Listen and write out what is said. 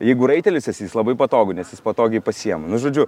jeigu raitelis esi jis labai patogu nes jis patogiai pasiima nu žodžiu